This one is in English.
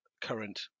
current